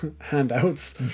handouts